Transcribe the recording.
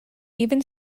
even